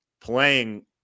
playing